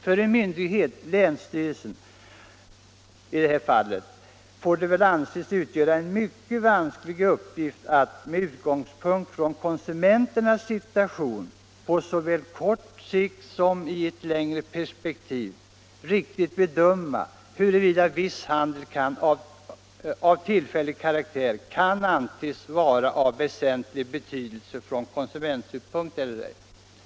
För en myndighet — i detta fall länsstyrelsen — får det anses utgöra en mycket vansklig uppgift att, med utgångspunkt i konsumenternas situation på såväl kort sikt som i ett längre perspektiv, riktigt bedöma huruvida viss handel av tillfällig karaktär kan antas vara av väsentlig betydelse från konsumentsynpunkt eller ej.